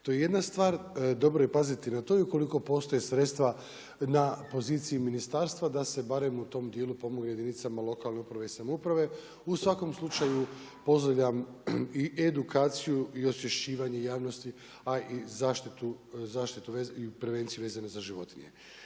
To je jedna stvar, dobro je paziti na to i ukoliko postoje sredstva na poziciji ministarstva da se barem u tom dijelu pomogne jedinicama lokalne uprave i samouprave. U svakom slučaju pozdravljam i edukaciju i osvješćivanje javnosti, a i zaštitu i prevenciju vezano za životinje.